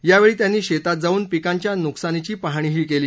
यावेळी त्यांनी शेतात जाऊन पिकांच्या नुकसानीची पाहणीही केली